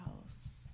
house